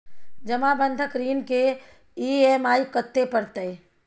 जमा बंधक ऋण के ई.एम.आई कत्ते परतै?